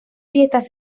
fiestas